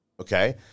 okay